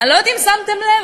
אני לא יודעת אם שמתם לב,